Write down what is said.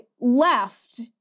left